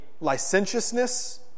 licentiousness